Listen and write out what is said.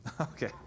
Okay